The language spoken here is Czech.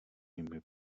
nimi